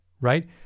right